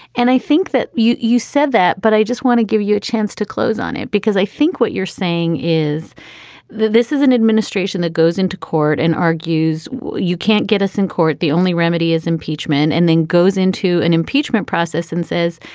and i think that you you said that. but i just want to give you a chance to close on it, because i think what you're saying is that this is an administration that goes into court and argues you can't get us in court. the only remedy is impeachment and then goes into an impeachment process and says,